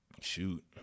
shoot